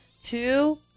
two